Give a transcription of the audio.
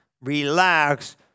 relax